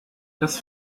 das